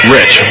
Rich